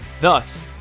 thus